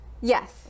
Yes